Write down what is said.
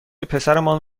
پسرمان